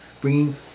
bringing